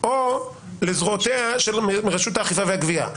או לזרועותיה של רשות האכיפה והגבייה.